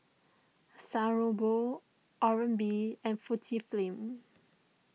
San Remo Oral B and Fujifilm